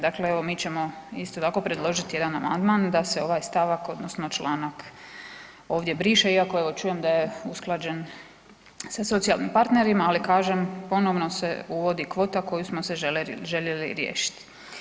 Dakle, evo mi ćemo isto tako predložiti jedan amandman da se ovaj stavak odnosno članak ovdje briše iako čujem da je usklađen sa socijalnim partnerima ali kažem, ponovno se uvodi kvota koju smo se željeli riješiti.